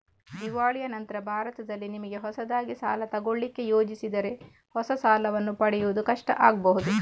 ದಿವಾಳಿಯ ನಂತ್ರ ಭಾರತದಲ್ಲಿ ನಿಮಿಗೆ ಹೊಸದಾಗಿ ಸಾಲ ತಗೊಳ್ಳಿಕ್ಕೆ ಯೋಜಿಸಿದರೆ ಹೊಸ ಸಾಲವನ್ನ ಪಡೆಯುವುದು ಕಷ್ಟ ಆಗ್ಬಹುದು